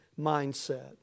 mindset